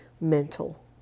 mental